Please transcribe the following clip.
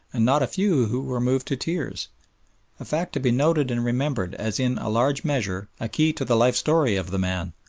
and not a few who were moved to tears a fact to be noted and remembered as in a large measure a key to the life-story of the man,